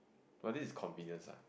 but this is convenience ah